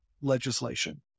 legislation